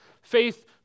faith